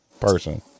person